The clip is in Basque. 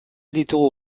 ditugu